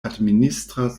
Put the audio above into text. administra